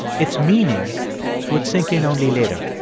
its meaning would sink in only later